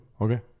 okay